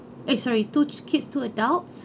eh sorry two kids two adults